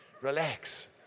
relax